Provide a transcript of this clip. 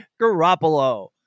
Garoppolo